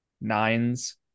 nines